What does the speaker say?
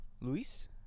Luis